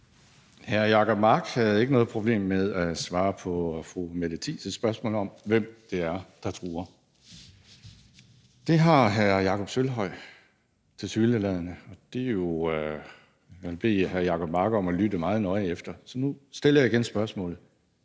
Hr. Jacob Mark havde ikke noget problem med at svare på fru Mette Thiesens spørgsmål om, hvem det er, der truer. Det har hr. Jakob Sølvhøj tilsyneladende. Nu vil jeg bede hr. Jacob Mark om at lytte meget nøje efter, for nu stiller jeg spørgsmålet